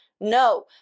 No